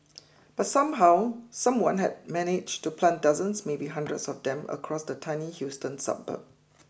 but somehow someone had managed to plant dozens maybe hundreds of them across the tiny Houston suburb